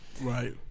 Right